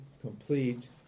complete